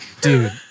dude